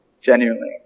Genuinely